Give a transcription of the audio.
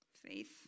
faith